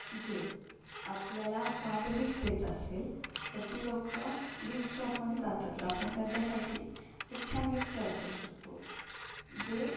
जे आपल्याला कोणालातरी गिफ्ट द्यायचं असेल तर ती लोकं गिफ्ट शॉपमध्ये जातात तर आपण त्यांच्यासाठी एक छान गिफ्ट तयार करू शकतो जे